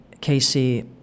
Casey